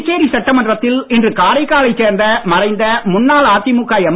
புதுச்சேரி சட்டமன்றத்தில் இன்று காரைக்காலை சேர்ந்த மறைந்த முன்னாள் அதிமுக எம்